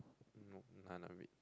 nope none of it